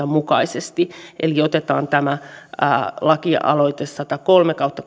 mukaisesti eli otetaan tämä lakialoite satakolme kautta